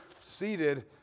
seated